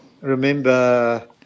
remember